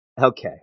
okay